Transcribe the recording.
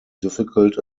difficult